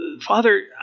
Father